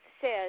says